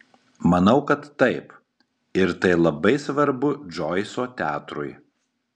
manau kad taip ir tai labai svarbu džoiso teatrui